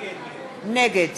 נגד